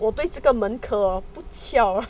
我对这个门课 hor 不巧